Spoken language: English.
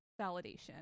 validation